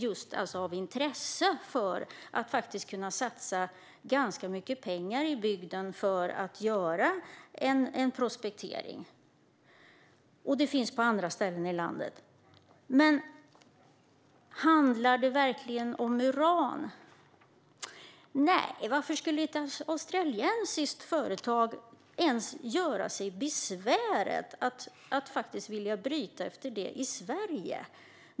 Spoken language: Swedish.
Det finns ett intresse för att satsa ganska mycket pengar i bygden på att göra en prospektering. Det här finns också på andra ställen i landet. Men handlar det verkligen om uran? Nej, varför skulle australiska företag göra sig besväret att bryta uran i Sverige?